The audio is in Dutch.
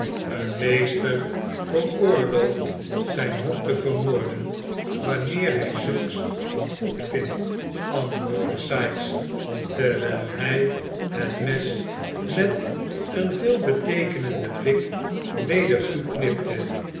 een meester veroorlooft zijn hond te vermoorden wanneer hij zulks goedvindt antwoordde sikes terwijl hij het mes met een veelbeteekenenden blik weder toeknipte